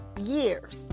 years